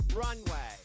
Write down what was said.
runway